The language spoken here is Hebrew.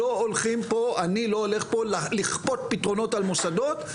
אני לא הולך לכפות פה פתרונות על מוסדות,